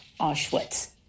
Auschwitz